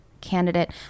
candidate